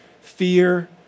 fear